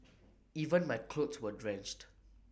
even my clothes were drenched